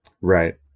right